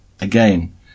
Again